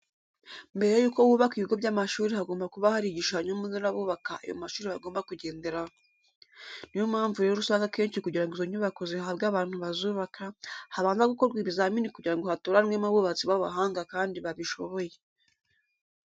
Mbere yuko hubakwa ibigo by'amashuri hagomba kuba hari igishushanyo mbonera abubaka ayo mashuri bagomba kugenderaho. Ni yo mpamvu rero usanga akenshi kugira ngo izo nyubako zihabwe abantu bazubaka, habanza gukorwa ibizamini kugira ngo hatoranwemo abubatsi b'abahanga kandi babishoboye.